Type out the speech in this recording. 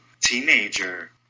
teenager